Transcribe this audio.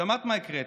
שמעת מה הקראתי.